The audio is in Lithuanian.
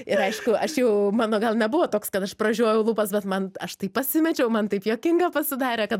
ir aišku aš jau mano gal nebuvo toks kad aš pražiojau lūpas bet man aš taip pasimečiau man taip juokinga pasidarė kad